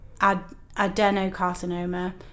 adenocarcinoma